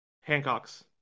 Hancock's